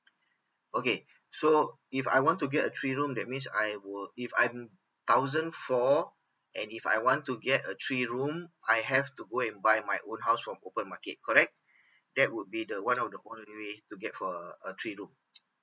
okay so if I want to get a three room that means I will if I'm thousand four and if I want to get a three room I have to go and buy my own house from open market correct that would be the one of the only way to get for a a three room